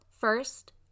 First